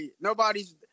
nobody's –